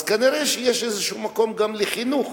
כנראה שיש איזשהו מקום גם לחינוך